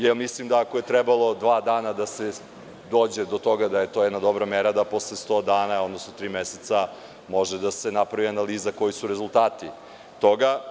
Ja mislim da ako je trebalo dva dana da se dođe do toga, da je to jedna dobra mera da posle sto dana, odnosno tri meseca može da se napravi analiza, koji su rezultati toga.